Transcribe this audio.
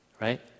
right